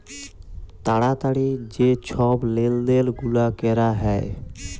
তাড়াতাড়ি যে ছব লেলদেল গুলা ক্যরা হ্যয়